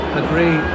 agree